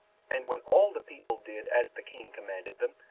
and when all the people did as the king commanded them,